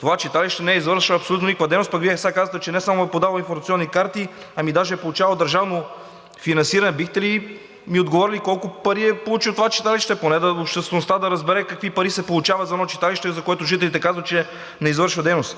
това читалище не извършва абсолютно никаква дейност, а Вие сега казвате, че не само е подавало информационни карти, ами даже е получавало държавно финансиране. Бихте ли ми отговорили колко пари е получило това читалище, поне обществеността да разбере какви пари се получават за едно читалище, за което жителите казват, че не извършва дейност?